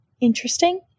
interesting